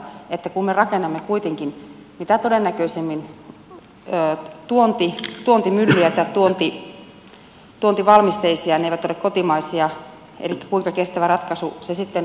elikkä kun me rakennamme kuitenkin mitä todennäköisimmin tuontivalmisteisia myllyjä ne eivät ole kotimaisia niin kuinka kestävä ratkaisu se sitten voi olla